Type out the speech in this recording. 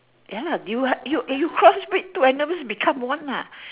ya lah do you you cross breed two animals become one lah